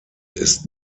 ist